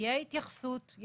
תהיה התייחסות,